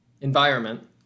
environment